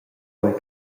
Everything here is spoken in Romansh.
quei